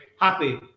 happy